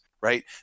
right